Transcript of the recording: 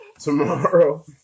tomorrow